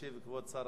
ישיב כבוד שר